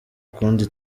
kundi